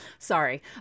sorry